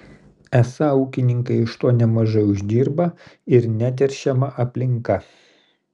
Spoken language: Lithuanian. esą ūkininkai iš to nemažai uždirba ir neteršiama aplinka